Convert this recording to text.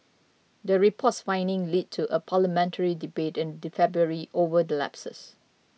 the report's findings led to a parliamentary debate in the February over the lapses